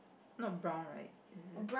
not brown right is it